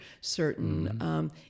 certain